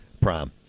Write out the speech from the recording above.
Prime